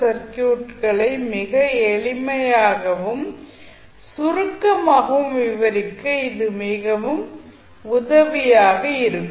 circuit களை மிக எளிமையாகவும் சுருக்கமாகவும் விவரிக்க இது மிகவும் உதவியாக இருக்கும்